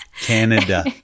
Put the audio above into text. canada